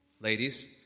Ladies